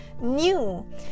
new